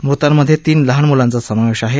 मृतांमध्ये तीन लहान मुलांचा समावेश आहे